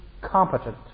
competent